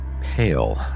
pale